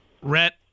Rhett